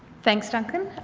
thanks, duncan.